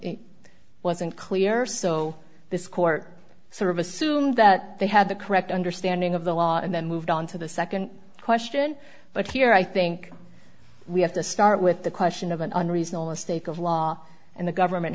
it wasn't clear so this court sort of assumed that they had the correct understanding of the law and then moved on to the second question but here i think we have to start with the question of an unreasonable state of law and the government